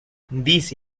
these